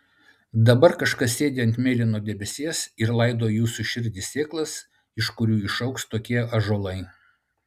dabar kažkas sėdi ant mėlyno debesies ir laido į jūsų širdį sėklas iš kurių išaugs tokie ąžuolai